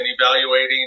evaluating